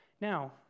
Now